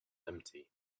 empty